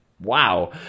wow